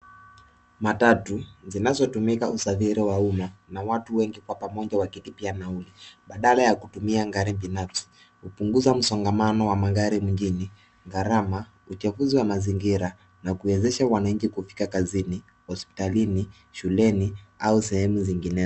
Matatu zinazotumika kwa usafiri wa umma na watu wengi kwa pamoja wakilipia nauli badala ya kutumia gari binafsi hupunguza msongamano wa magari mjini gharama uchafuzi wa mazingira na kuwezesha wananchi kufika kazini hospitalini shule au sehemu nyinginezo.